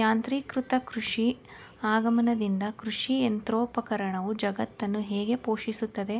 ಯಾಂತ್ರೀಕೃತ ಕೃಷಿ ಆಗಮನ್ದಿಂದ ಕೃಷಿಯಂತ್ರೋಪಕರಣವು ಜಗತ್ತನ್ನು ಹೇಗೆ ಪೋಷಿಸುತ್ತೆ